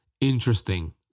interesting